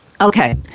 okay